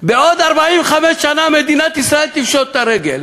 בעוד 45 שנה מדינת ישראל תפשוט את הרגל.